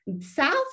South